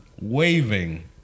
waving